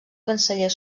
canceller